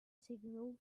signal